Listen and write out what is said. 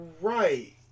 Right